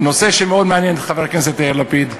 נושא שמאוד מעניין את חבר הכנסת יאיר לפיד,